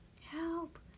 Help